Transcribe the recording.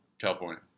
California